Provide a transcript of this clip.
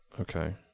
Okay